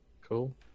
cool